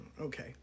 Okay